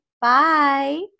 Bye